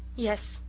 yes.